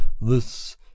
This